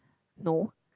no